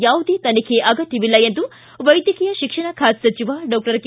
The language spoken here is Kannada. ಯಾವುದೇ ತನಿಖೆ ಅಗತ್ತವಿಲ್ಲ ಎಂದು ವೈದ್ಯಕೀಯ ಶಿಕ್ಷಣ ಖಾತೆ ಸಚಿವ ಡಾಕ್ಷರ್ ಕೆ